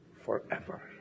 forever